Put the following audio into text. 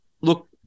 look